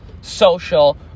social